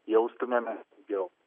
jaustumėmės saugiau